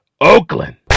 Oakland